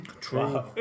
True